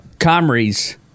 Comrie's